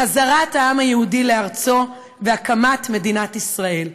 חזרת העם היהודי לארצו והקמת מדינת ישראל.